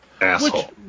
asshole